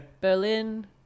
berlin